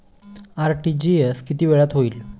RTGS किती वेळात होईल?